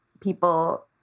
people